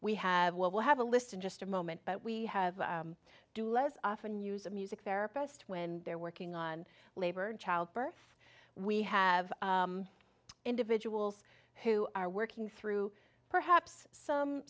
we have we'll have a list in just a moment but we have to do less often use a music therapist when they're working on labor and childbirth we have individuals who are working through perhaps some